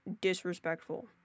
disrespectful